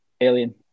alien